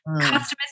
customers